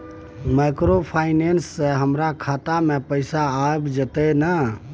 Microfinance से हमारा खाता में पैसा आबय जेतै न?